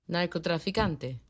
Narcotraficante